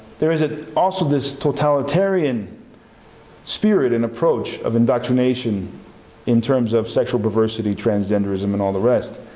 there is ah also this totalitarian spirit and approach of indoctrination in terms of sexual perversity, transgenderism, and all the rest,